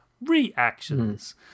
reactions